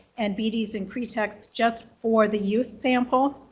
and bidis and kreteks just for the youth sample.